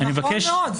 נכון מאוד.